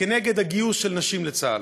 כנגד הגיוס של נשים לצה"ל.